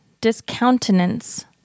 discountenance